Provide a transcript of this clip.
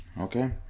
Okay